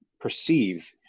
perceive